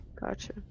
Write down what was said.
gotcha